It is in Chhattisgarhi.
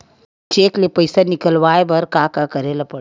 चेक ले पईसा निकलवाय बर का का करे ल पड़हि?